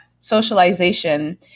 socialization